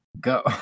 go